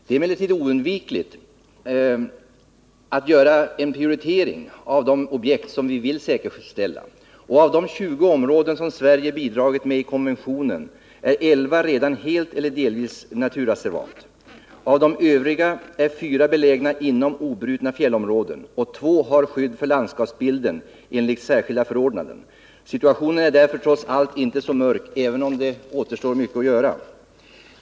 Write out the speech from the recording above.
Det är emellertid oundvikligt att göra en prioritering av de objekt vi vill säkerställa. Av de tjugo områden som Sverige bidragit med i konventionen är elva redan helt eller delvis naturreservat. Av de övriga är fyra belägna inom obrutna fjällområden. Två har skydd för landskapsbilden enligt särskilda förordnanden. Situationen är därför trots allt inte så mörk, även om mycket återstår att göra.